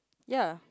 ya